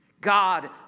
God